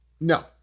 No